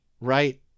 Right